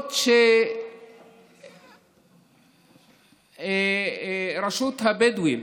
למרות שרשות הבדואים